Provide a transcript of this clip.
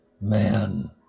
man